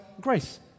grace